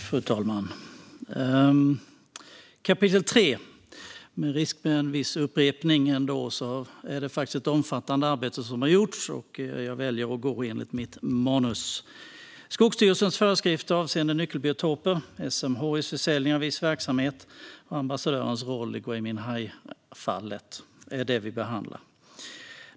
Fru talman! Med risk för viss upprepning väljer jag att gå efter mitt manus. När det gäller kapitel 3 har ett omfattande arbete gjorts. Skogsstyrelsens föreskrifter avseende nyckelbiotoper, SMHI:s försäljning av viss verksamhet och ambassadörens roll i Gui Minhai-fallet är det vi behandlar.